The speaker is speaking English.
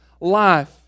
life